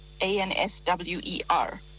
a-n-s-w-e-r